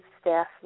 staff